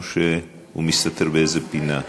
או שהוא מסתתר באיזו פינה?